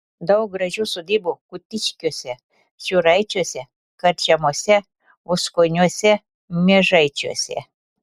daug gražių sodybų kutiškiuose šniūraičiuose karčemose voskoniuose miežaičiuose